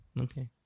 Okay